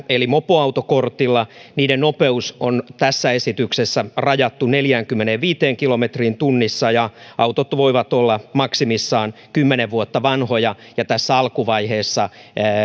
eli mopoautokortilla niiden nopeus on esityksessä rajattu neljäänkymmeneenviiteen kilometriin tunnissa ja autot voivat olla maksimissaan kymmenen vuotta vanhoja ja tässä alkuvaiheessa